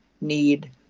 need